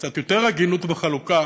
קצת יותר הגינות בחלוקה